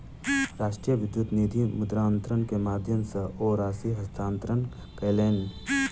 राष्ट्रीय विद्युत निधि मुद्रान्तरण के माध्यम सॅ ओ राशि हस्तांतरण कयलैन